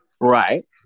right